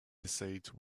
decide